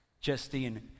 Justine